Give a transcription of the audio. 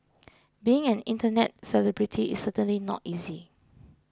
being an internet celebrity is certainly not easy